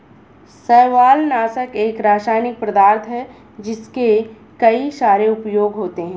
शैवालनाशक एक रासायनिक पदार्थ है जिसके कई सारे उपयोग होते हैं